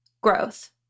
growth